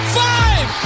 five